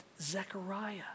Zechariah